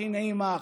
הכי נעימה,